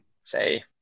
say